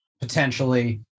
potentially